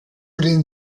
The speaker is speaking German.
den